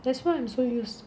that's why I'm so used